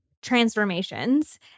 transformations